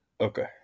okay